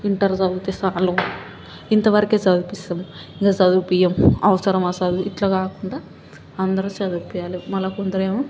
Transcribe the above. inter చదివితే చాలు ఇంతవరకే చదివిపిస్తాం ఇంక చదివిపియ్యం అవసరమా చదువు ఇట్లా కాకుండా అందరూ చదివిపియ్యాలి మళ్ళీ కొందరేమో